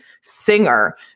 singer